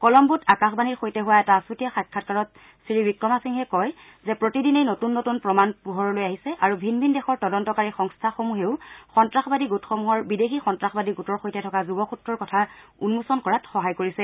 কলম্বোত আকাশবাণীৰ সৈতে হোৱা এটা আছুতীয়া সাক্ষাৎকাৰত শ্ৰীৱিক্ৰমাসিংঘে কয় যে প্ৰতিদিনেই নতুন নতুন প্ৰমাণ পোহৰলৈ আহিছে আৰু ভিন ভিন দেশৰ তদন্তকাৰী সংস্থাসমূহেও সন্তাসবাদী গোটসমূহৰ বিদেশী সন্তাসবাদী গোটৰ সৈতে থকা যোগসূত্ৰৰ কথা উন্মোচন কৰাত সহায় কৰিছে